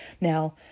now